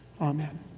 Amen